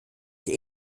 der